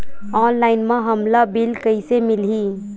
Online म हमला bill कइसे मिलही?